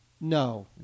No